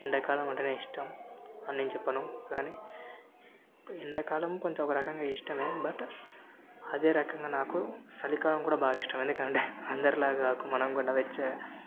ఎండాకాలం అంటేనే ఇష్టం అని నేను చెప్పను కానీ ఎండాకాలం కొంచెం ఒకరకంగా ఇష్టమే బట్ అదే రకంగా నాకు చలికాలం కూడా బాగా ఇష్టం ఎందుకంటే అందరిలాగా మనం కూడా వెచ్చగా